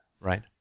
Right